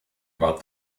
about